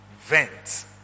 vent